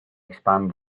expand